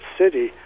city